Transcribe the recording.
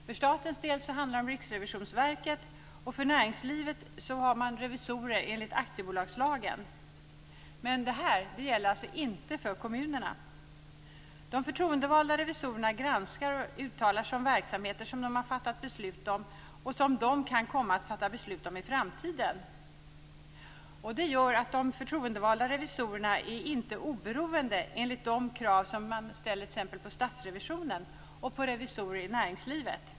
För statens del handlar det om Riksrevisionsverket, och för näringslivet finns revisorer enligt aktiebolagslagen. Men detta gäller inte för kommunerna. De förtroendevalda revisorerna granskar och uttalar sig om verksamheter som de har fattat beslut om och som de kan komma att fatta beslut om i framtiden. Det gör att de förtroendevalda revisorerna inte är oberoende enligt de krav som t.ex. ställs på statsrevisionen och på revisorer i näringslivet.